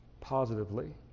positively